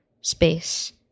space